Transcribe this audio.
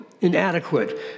inadequate